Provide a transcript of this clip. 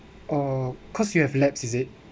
oh cause you have lapses is it